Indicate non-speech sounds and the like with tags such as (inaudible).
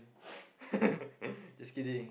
(laughs)